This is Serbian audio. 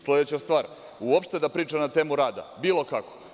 Sledeća stvar, uopšte da priča na temu rada, bilo kako.